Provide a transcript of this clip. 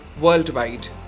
worldwide